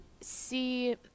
See